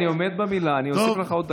ואני עומד במילה, אני אוסיף לך עוד דקה.